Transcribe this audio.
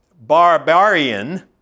barbarian